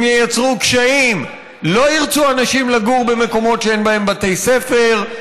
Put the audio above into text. הן ייצרו קשיים: לא ירצו אנשים לגור במקומות שאין בהם בתי ספר,